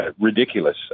ridiculous